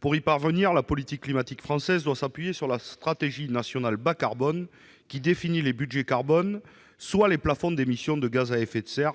Pour y parvenir, la politique climatique française doit s'appuyer sur la stratégie nationale bas-carbone, la SNBC, qui définit les budgets carbone, soit les plafonds d'émissions de gaz à effet de serre